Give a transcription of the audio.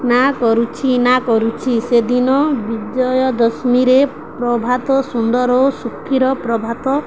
ନା କରୁଛି ନା କରୁଛି ସେଦିନ ବିଜୟ ଦଶମୀରେ ପ୍ରଭାତ ସୁନ୍ଦର ଓ ଶୁଖୀର ପ୍ରଭାତ